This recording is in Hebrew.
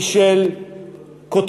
היא של כותבים,